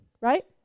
Right